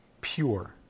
pure